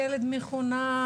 מחונך,